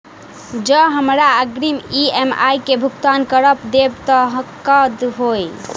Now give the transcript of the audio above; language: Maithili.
जँ हमरा अग्रिम ई.एम.आई केँ भुगतान करऽ देब तऽ कऽ होइ?